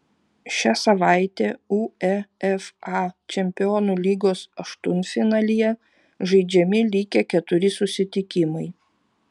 šią savaitę uefa čempionų lygos aštuntfinalyje žaidžiami likę keturi susitikimai